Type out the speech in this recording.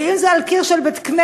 ואם זה על קיר של בית-כנסת,